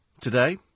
today